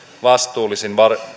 vastuullisin